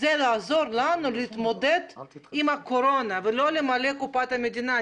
אלא לעזור לנו להתמודד עם הקורונה ולא למלא את קופת המדינה.